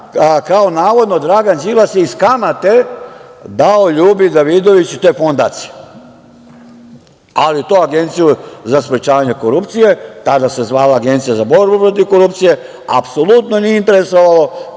kao, navodno, Dragan Đilas je iz kamate dao LJubi Davidoviću te fondacije. Ali, to Agenciju za sprečavanje korupcije, tada se zvala Agencija za borbu protiv korupcije, apsolutno nije interesovalo,